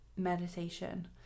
meditation